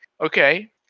okay